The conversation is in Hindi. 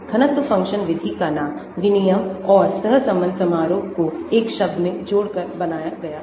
घनत्व फ़ंक्शन विधि का नाम विनिमय और सहसंबंध समारोह को एक शब्द में जोड़कर बनाया गया है